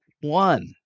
one